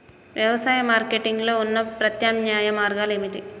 వ్యవసాయ మార్కెటింగ్ లో ఉన్న ప్రత్యామ్నాయ మార్గాలు ఏమిటి?